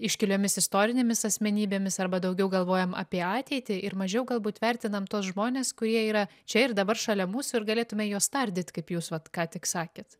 iškiliomis istorinėmis asmenybėmis arba daugiau galvojam apie ateitį ir mažiau galbūt vertinam tuos žmones kurie yra čia ir dabar šalia mūsų ir galėtume juos tardyt kaip jūs vat ką tik sakėt